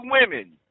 women